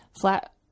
flat